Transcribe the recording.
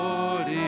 Lord